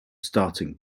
starting